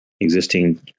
Existing